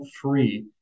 free